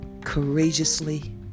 courageously